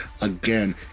again